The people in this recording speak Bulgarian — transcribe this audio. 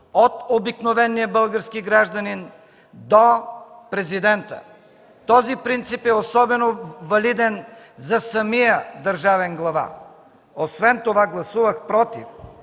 от обикновения български гражданин до президента. Този принцип е особено валиден за самия Държавен глава. Освен това гласувах „против”,